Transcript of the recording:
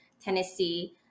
Tennessee